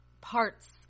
parts –